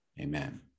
Amen